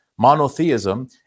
Monotheism